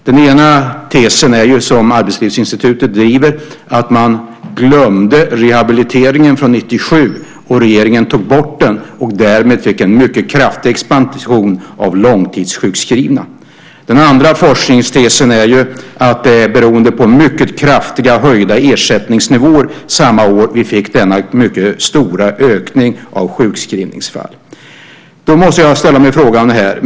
Den ena tesen som Arbetslivsinstitutet driver är att man glömde rehabiliteringen från 1997, och regeringen tog bort den. Därmed fick man en mycket kraftig expansion av långtidssjukskrivna. Den andra forskningstesen är att detta beror på mycket kraftiga höjningar av ersättningsnivåerna samma år som vi fick denna mycket stora ökning av antalet sjukskrivna. Jag måste då ställa en fråga.